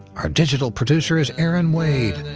our digital producer is erin wade,